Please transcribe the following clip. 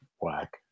whack